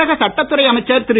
தமிழக சட்டத்துறை அமைச்சர் திரு